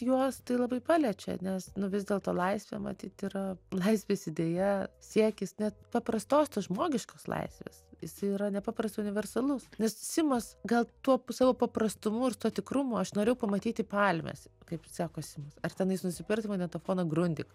juos tai labai paliečia nes vis dėlto laisvė matyt yra laisvės idėja siekis net paprastos tos žmogiškos laisvės jis yra nepaprastai universalus nes simas gal tuo savo paprastumu ir tuo tikrumu aš norėjau pamatyti palmes kaip sako simas ar tenais nusipirkti magnetofoną grundik